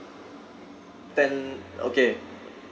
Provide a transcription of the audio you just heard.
ten okay